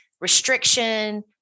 restriction